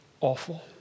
awful